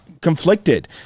conflicted